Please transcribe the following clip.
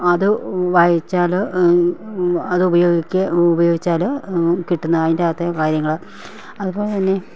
അത് വായിച്ചാൽ അത് ഉപോയോഗിക്കുക ഉപയോഗിച്ചാൽ കിട്ടുന്ന അതിൻ്റെ അകത്തെ കാര്യങ്ങൾ അതുപോലെ തന്നെ